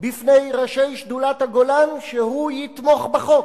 בפני ראשי שדולת הגולן שהוא יתמוך בחוק.